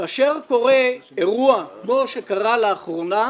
כאשר קורה אירוע כמו שקרה לאחרונה,